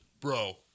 bro